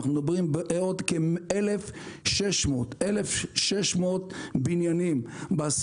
אנחנו מדברים על עוד כ-1,600 בניינים ב-10